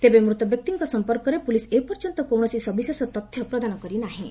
ତେବେ ମୃତବ୍ୟକ୍ତିଙ୍କ ସମ୍ପର୍କରେ ପୁଲିସ ଏପର୍ଯ୍ୟନ୍ତ କୌଣସି ସବିଶେଷ ତଥ୍ୟ ପ୍ରଦାନ କରିନାହିଁ